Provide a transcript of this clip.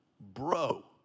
bro